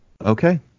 okay